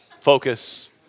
Focus